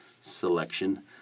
selection